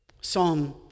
Psalm